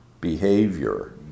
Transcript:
behavior